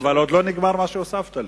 אבל עוד לא נגמר מה שהוספת לי.